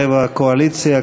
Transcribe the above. רבע קואליציה,